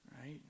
Right